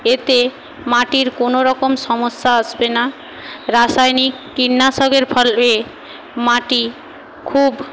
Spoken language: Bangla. এতে মাটির কোনো রকম সমস্যা আসবে না রাসায়নিক কীটনাশকের ফলে মাটি খুব